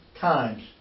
times